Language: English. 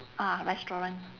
ah restaurant